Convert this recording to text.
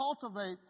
cultivate